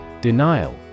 Denial